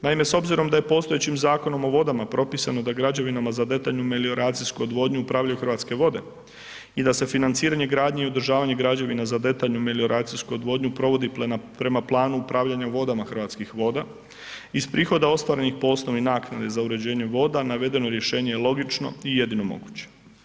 Naime, s obzirom da je postojećim Zakonom o vodama propisano da građevinama za detaljnu melioracijsku odvodnju upravljaju Hrvatske vode i da se financiranje gradnje i održavanje građevina za detaljnu melioracijsku odvodnju provodi prema Planu upravljanja vodama Hrvatskih voda iz prihoda ostvarenih po osnovi naknade za uređenje voda navedeno rješenje je logično i jedino moguće.